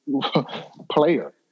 player